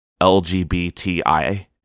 LGBTI